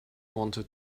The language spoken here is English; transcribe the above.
wanted